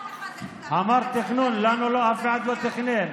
אמרת תכנון, לנו אף אחד לא תכנן,